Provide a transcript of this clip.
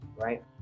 right